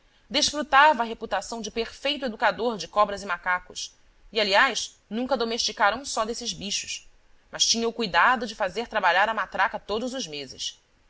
desfrutava a reputação de perfeito educador de cobras e macacos e aliás nunca domesticara um só desses bichos mas tinha o cuidado de fazer trabalhar a matraca todos os meses